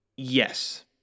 Yes